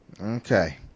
Okay